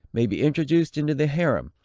may be introduced into the harem,